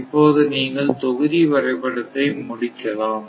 இப்போது நீங்கள் தொகுதி வரைபடத்தை முடிக்கலாம்